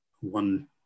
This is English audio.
One